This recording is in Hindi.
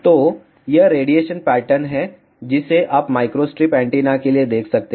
तो यह रेडिएशन पैटर्न है जिसे आप माइक्रो स्ट्रिप एंटीना के लिए देख सकते हैं